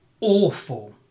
awful